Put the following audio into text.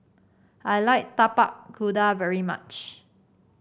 I like Tapak Kuda very much